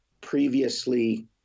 previously